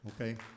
Okay